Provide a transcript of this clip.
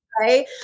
right